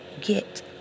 get